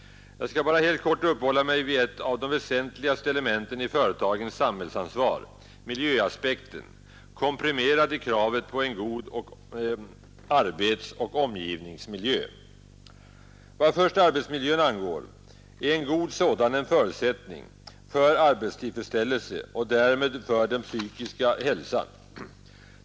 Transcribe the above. Jag skall bara helt kort uppehålla mig vid ett av de väsentligaste elementen i företagens samhällsansvar — miljöaspekten, komprimerad i kravet på en god arbetsmiljö. Vad först arbetsmiljön angår är en god sådan en förutsättning för arbetstillfredsställelse och därmed för den psykiska hälsan.